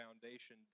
foundation